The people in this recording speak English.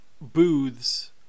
booths